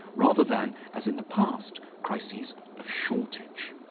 rather than as in the past crises of shortage.